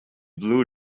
blue